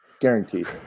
guaranteed